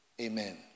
Amen